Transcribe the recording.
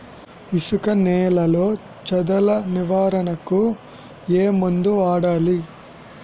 ఇసుక నేలలో చదల నివారణకు ఏ మందు వాడాలి?